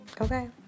okay